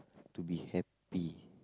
to be happy